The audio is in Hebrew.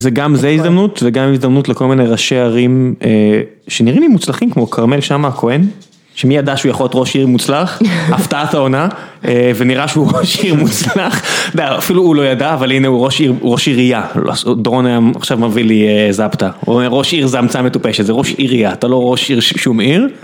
זה גם זה הזדמנות וגם הזדמנות לכל מיני ראשי ערים שנראים לי מוצלחים כמו כרמל שאמה הכהן, שמי ידע שהוא יכול להיות ראש עיר מוצלח, הפתעת העונה, ונראה שהוא ראש עיר מוצלח, אתה יודע, אפילו הוא לא ידע. אבל הנה הוא ראש עירייה, דרון היה עכשיו מביא לי זַפְּטָה, הוא אומר ראש עיר זה המצאה מטופשת, זה ראש עירייה. אתה לא ראש עיר של שום עיר